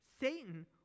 Satan